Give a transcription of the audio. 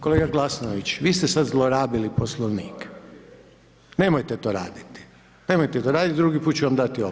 Kolega Glasnović vi ste sad zlorabili Poslovnik, nemojte to raditi, nemojte to raditi drugi put ću vam dati opomenu.